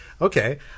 okay